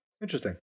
Interesting